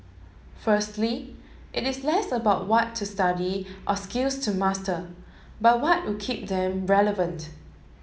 firstly it is less about what to study or skills to master but what would keep them relevant